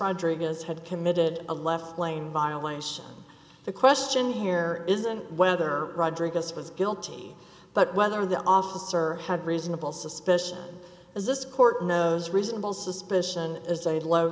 has had committed a left lane violation the question here isn't whether rodriguez was guilty but whether the officer had reasonable suspicion as this court knows reasonable suspicion as a low